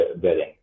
building